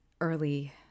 early